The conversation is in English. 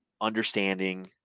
understanding